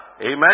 Amen